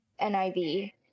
niv